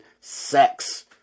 sex